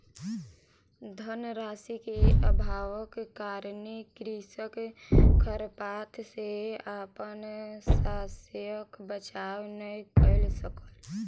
धन राशि के अभावक कारणेँ कृषक खरपात सॅ अपन शस्यक बचाव नै कय सकल